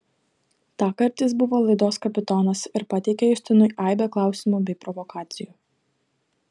tąkart jis buvo laidos kapitonas ir pateikė justinui aibę klausimų bei provokacijų